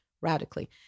Radically